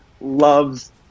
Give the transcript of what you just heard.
loves